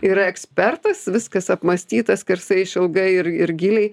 yra ekspertas viskas apmąstyta skersai išilgai ir ir giliai